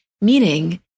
meaning